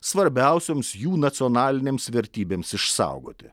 svarbiausioms jų nacionalinėms vertybėms išsaugoti